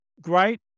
great